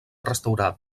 restaurada